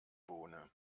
bohne